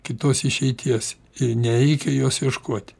kitos išeities ir nereikia jos ieškoti